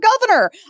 governor